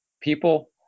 people